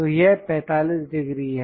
तो यह 45 डिग्री है